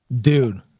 Dude